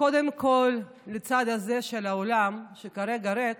קודם כול, לצד הזה של האולם, שכרגע ריק,